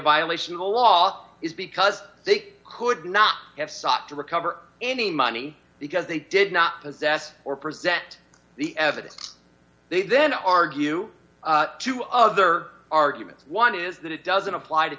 violation of the law is because it could not have sought to recover any money because they did not possess or present the evidence they then argue to other arguments one is that it doesn't apply to